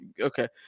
okay